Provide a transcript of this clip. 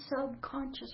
subconscious